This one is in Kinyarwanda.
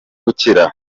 gukira